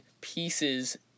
pieces